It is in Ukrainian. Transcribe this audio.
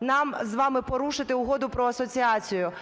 нам з вами порушити Угоду про асоціацію